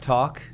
Talk